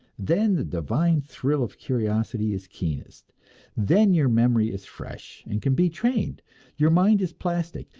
then the divine thrill of curiosity is keenest then your memory is fresh, and can be trained your mind is plastic,